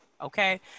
okay